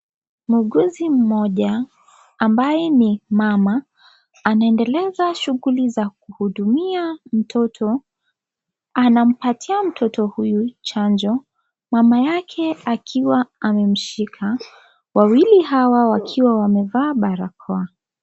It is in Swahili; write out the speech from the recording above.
Muuguzi mmoja ambaye ni mama, anaendeleza shughuli za kuhudumia mtoto, anampatia mtoto huyu chanjo, mama yake akiwa amemshika, wawili hawa wakiwa wamevaa barakoa.